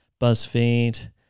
buzzfeed